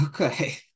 Okay